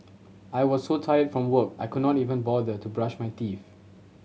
I was so tired from work I could not even bother to brush my teeth